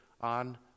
on